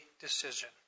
decision